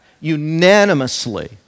Unanimously